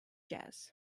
jazz